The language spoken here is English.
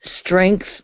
strength